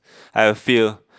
I have fear